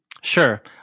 Sure